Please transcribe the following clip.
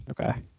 Okay